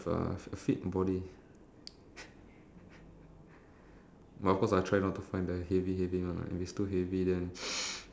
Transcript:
decent length not too short cause if it's like short like a knife or a dagger if I miss or there's too many of them then